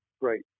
great